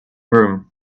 broom